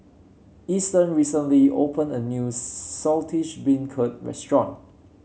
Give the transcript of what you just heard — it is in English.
Easton recently opened a new Saltish Beancurd restaurant